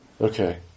okay